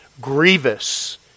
grievous